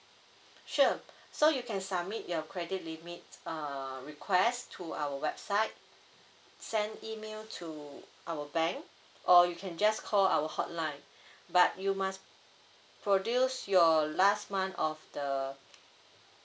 sure so you can submit your credit limit uh request to our website send email to our bank or you can just call our hotline but you must produce your last month of the